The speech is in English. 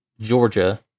Georgia